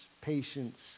patience